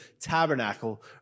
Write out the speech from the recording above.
tabernacle